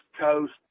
Coast